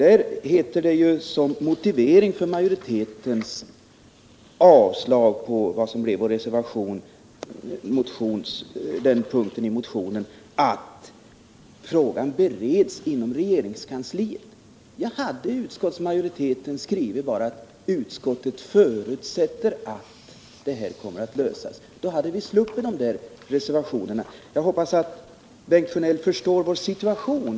I utskottsmajoritetens motivering för sitt yrkande om avslag på den punkten i vår motion heter det att frågan bereds inom regeringskansliet. Hade utskottsmajoriteten bara skrivit att utskottet förutsätter att det här kommer att lösas, så hade vi sluppit de där reservationerna. Jag hoppas att Bengt Sjönell förstår vår situation.